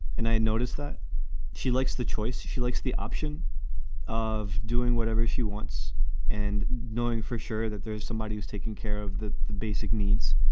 and i notice that she likes the choice. she likes the option of doing whatever she wants and knowing for sure that there's somebody who's taking care of the the basic needs.